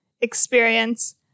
experience